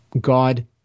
God